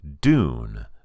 Dune